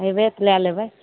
अयबै तऽ लए लेबै